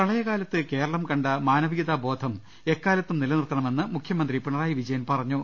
പ്രളയകാലത്ത് കേരളം കണ്ട മാനവികതാബോധം എക്കാലത്തും നില നിർത്തണമെന്ന് മുഖ്യമന്ത്രി പിണറായി വിജയൻ പറഞ്ഞു